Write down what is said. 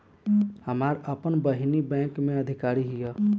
हमार आपन बहिनीई बैक में अधिकारी हिअ